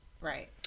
Right